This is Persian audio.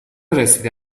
رسیده